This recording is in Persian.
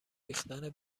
ریختن